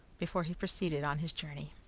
before he proceeded on his journey.